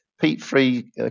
Peat-free